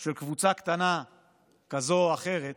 של קבוצה קטנה כזאת או אחרת